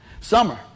Summer